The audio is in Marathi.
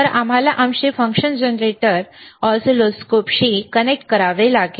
तर आम्हाला आमचे फंक्शन जनरेटर ऑसिलोस्कोपशी कनेक्ट करावे लागेल